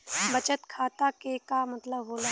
बचत खाता के का मतलब होला?